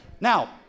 Now